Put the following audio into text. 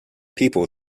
people